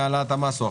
תודה רבה.